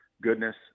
goodness